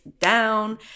down